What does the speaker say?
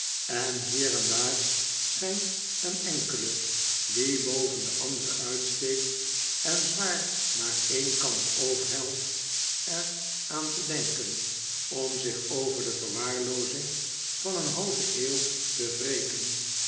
en hier en daar schijnt een enkele die boven de andere uitsteekt en zwaar naar een kant overhelt er aan te denken om zich over de verwaarloozing van een halve eeuw te